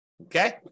okay